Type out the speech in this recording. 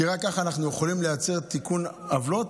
כי רק כך אנחנו יכולים לייצר תיקון עוולות.